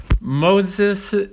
Moses